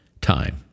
time